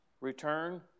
return